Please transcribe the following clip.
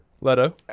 Leto